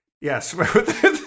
Yes